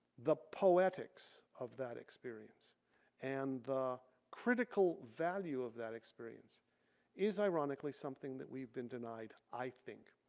the poetics of that experience and the critical value of that experience is ironically something that we've been denied, i think,